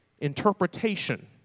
Interpretation